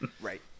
Right